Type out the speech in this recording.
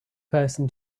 person